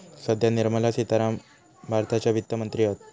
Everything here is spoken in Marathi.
सध्या निर्मला सीतारामण भारताच्या वित्त मंत्री हत